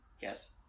Yes